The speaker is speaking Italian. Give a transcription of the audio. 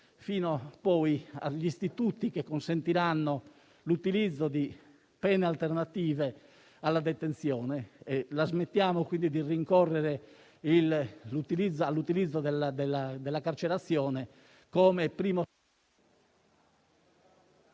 così come gli istituti che consentiranno l'utilizzo di pene alternative alla detenzione. La smetteremo quindi di rincorrere l'utilizzo della carcerazione come primo...